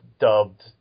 dubbed